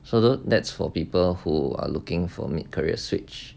so don't that's for people who are looking for mid career switch